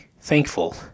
thankful